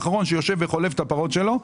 האחרון שיושב וחולב את הפרות שלו.